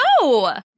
no